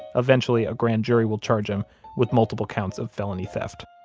eventually a grand jury will charge him with multiple counts of felony theft